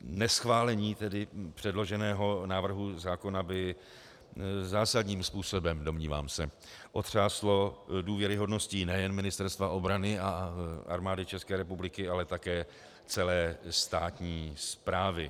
Neschválení předloženého návrhu zákona by zásadním způsobem, domnívám se, otřáslo důvěryhodností nejen Ministerstva obrany a Armády České republiky, ale také celé státní správy.